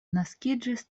naskiĝis